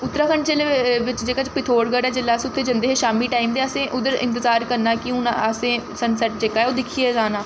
उत्तराखंड जेल्लै बिच्च जेह्का पिथोरगढ़ ऐ जेल्लै अस उत्थै जंदे हे शामी टाइम ते असें उद्धर इंतजार करना कि हून असें सन सैट्ट जेह्का ऐ ओह् दिक्खियै जाना